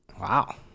Wow